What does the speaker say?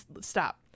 stop